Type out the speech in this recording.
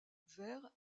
vert